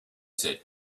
said